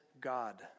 God